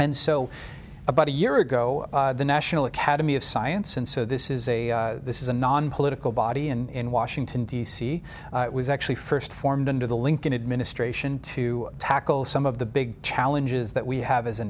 and so about a year ago the national academy of science and so this is a this is a nonpolitical body in washington d c it was actually first formed under the lincoln administration to tackle some of the big challenges that we have as a